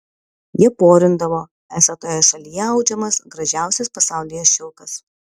jie porindavo esą toje šalyje audžiamas gražiausias pasaulyje šilkas